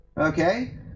Okay